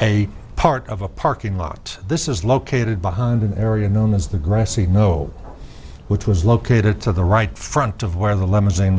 a part of a parking lot this is located behind an area known as the grassy knoll which was located to the right front of where the limousine